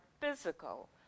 physical